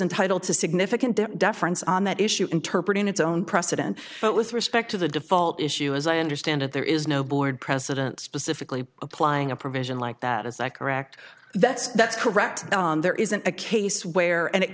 entitled to significant deference on that issue interpret in its own precedent but with respect to the default issue as i understand it there is no board president specifically applying a provision like that is that correct that's that's correct there isn't a case where and it